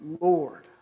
Lord